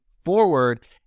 forward